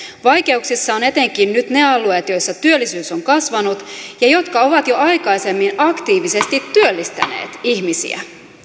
vaikeuksissa ovat etenkin nyt ne alueet joissa työttömyys on kasvanut ja jotka ovat jo aikaisemmin aktiivisesti työllistäneet ihmisiä